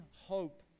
hope